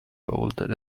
bolted